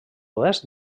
oest